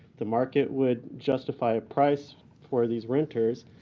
the market would justify a price for these renters.